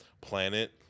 planet